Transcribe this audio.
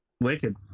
Wicked